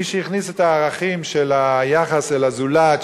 מי שהכניס את הערכים של היחס אל הזולת,